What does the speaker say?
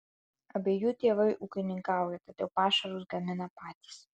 abiejų tėvai ūkininkauja todėl pašarus gamina patys